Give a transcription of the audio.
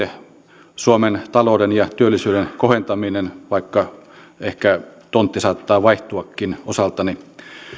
sama tavoite suomen talouden ja työllisyyden kohentaminen vaikka ehkä tontti saattaa vaihtuakin osaltani